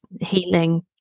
healing